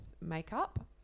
makeup